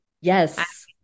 Yes